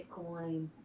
Bitcoin